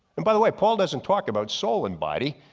and by the way paul doesn't talk about soul and body.